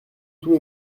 tout